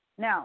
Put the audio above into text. Now